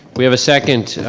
we have a second.